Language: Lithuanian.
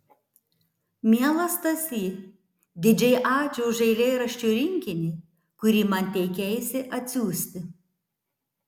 mielas stasy didžiai ačiū už eilėraščių rinkinį kurį man teikeisi atsiųsti